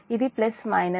ఇది plus minus